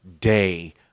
day